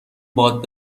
باد